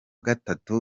gatatu